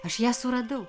aš ją suradau